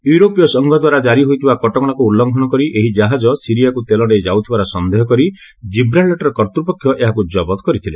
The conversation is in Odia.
ୟୁରୋପୀୟ ସଂଘ ଦ୍ୱାରା ଜାରି ହୋଇଥିବା କଟକଣାକୁ ଉଲ୍ଲଂଘନ କରି ଏହି ଜାହାଜ ସିରିଆକୁ ତେଲ ନେଇ ଯାଉଥିବାର ସନ୍ଦେହ କରି ଜିବ୍ରାଲେଟର କର୍ତ୍ତପକ୍ଷ ଏହାକୁ ଜବତ କରିଥିଲେ